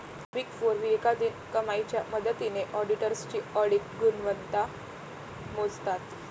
big four विवेकाधीन कमाईच्या मदतीने ऑडिटर्सची ऑडिट गुणवत्ता मोजतात